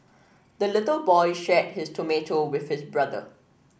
the little boy shared his tomato with his brother